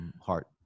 heart